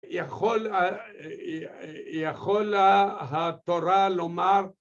יכולה התורה לומר